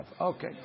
Okay